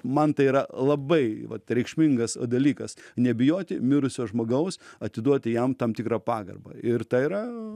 man tai yra labai vat reikšmingas dalykas nebijoti mirusio žmogaus atiduoti jam tam tikrą pagarbą ir tai yra